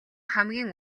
хамгийн